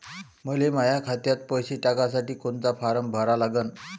मले माह्या खात्यात पैसे टाकासाठी कोंता फारम भरा लागन?